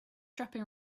dropping